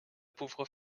pauvre